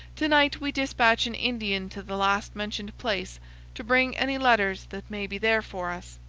to-night we dispatch an indian to the last-mentioned place to bring any letters that may be there for us.